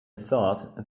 thought